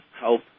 help